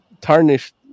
tarnished